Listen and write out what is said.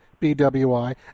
BWI